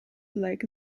like